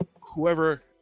Whoever